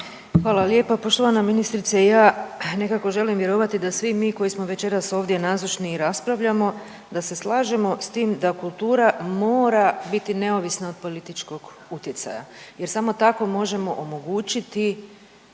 Hvala lijepo. Poštovana ministrice, ja nekako želim vjerovati da svi mi koji smo večeras ovdje nazočni i raspravljamo da se slažemo s tim da kultura mora biti neovisna od političkog utjecaja jer samo tako možemo omogućiti